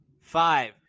Five